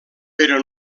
però